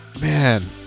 man